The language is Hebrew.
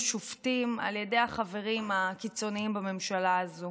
שופטים על ידי החברים הקיצוניים בממשלה הזו.